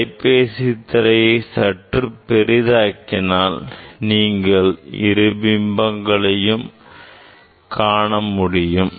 அலைபேசி திரையை சற்று பெரிதாக்கினால் நீங்கள் இரு பிம்பங்களை காணலாம்